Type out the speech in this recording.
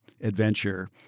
adventure